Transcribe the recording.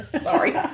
Sorry